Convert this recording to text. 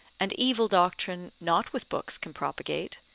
and evil doctrine not with books can propagate,